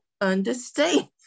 understand